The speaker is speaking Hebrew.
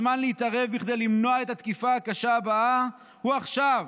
הזמן להתערב כדי למנוע את התקיפה הקשה הבאה הוא עכשיו,